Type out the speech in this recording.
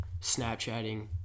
Snapchatting